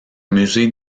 musée